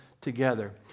together